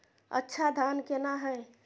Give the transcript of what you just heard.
अच्छा धान केना हैय?